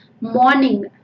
morning